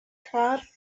car